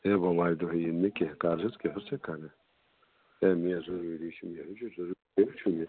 ہے بومہٕ وارٕ دۄہ یِن نہٕ کیٚنٛہہ کَرُس حظ کیٛاہ حظ چھیٚکھ کران ہے مےٚ ضروٗری چھِ مےٚ حظ چھِ ضروٗری حظ چھِ مےٚ